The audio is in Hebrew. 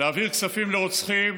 להעביר כספים לרוצחים